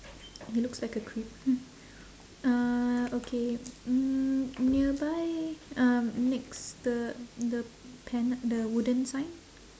he looks like a creep uh okay mm nearby um next the the pan~ the wooden sign